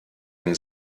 ein